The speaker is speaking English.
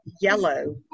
yellow